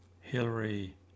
Hillary